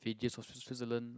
Fiji or swi~ Switzerland